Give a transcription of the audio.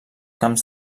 camps